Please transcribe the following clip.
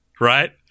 Right